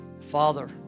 Father